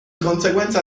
conseguenza